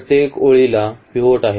प्रत्येक ओळीला पिव्होट आहे